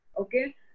Okay